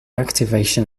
activation